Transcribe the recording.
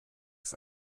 für